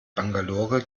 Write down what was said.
bangalore